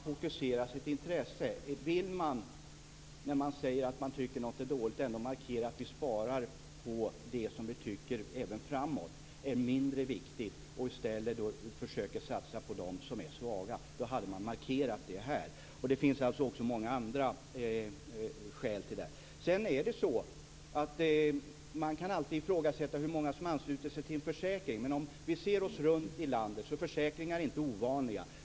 Fru talman! Det man fokuserar på när man säger att något är dåligt är att man vill spara på det som man även framöver tycker är mindre viktigt och i stället försöka satsa på dem som är svaga. Det skulle man ha markerat här. Det finns också många andra skäl. Man kan alltid ifrågasätta hur många som ansluter sig till en försäkring. Men om vi ser oss om i landet finner vi att försäkringar inte är ovanliga.